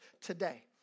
today